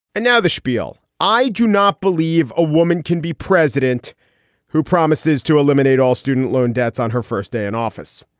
and now the schpiel. i do not believe a woman can be president who promises to eliminate all student loan debts on her first day in office.